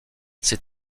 ses